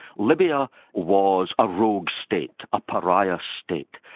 libya was a rogue state, a pariah state,